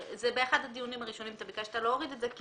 באחד הדיונים הראשונים אתה ביקשת להוריד את זה כי